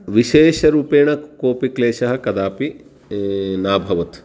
विशेषरूपेण कोपि क्लेशः कदापि नाभवत्